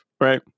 Right